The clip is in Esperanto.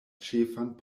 ĉefan